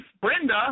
Brenda